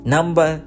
Number